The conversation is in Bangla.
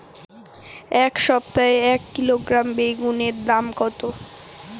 এই সপ্তাহে এক কিলোগ্রাম বেগুন এর দাম কত?